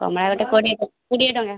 କମଳା rate କୋଡ଼ିଏ କୋଡ଼ିଏ ଟଙ୍କା